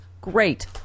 great